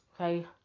okay